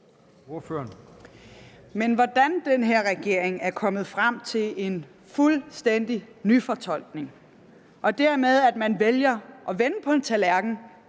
Men hvordan den her regering er kommet frem til en fuldstændig nyfortolkning og dermed vælger at vende på en tallerken,